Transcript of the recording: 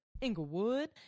Inglewood